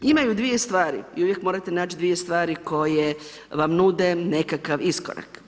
Imaju dvoje stvari i uvijek morate naći dvije stvari koje vam nude nekakav iskorak.